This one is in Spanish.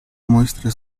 muestra